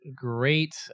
great